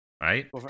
right